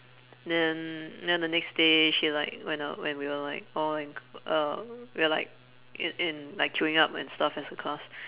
then then the next day she like when I when we were like all in c~ uh we're like in in like queuing up and stuff as a class